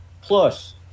plus